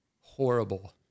horrible